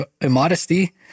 immodesty